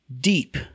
deep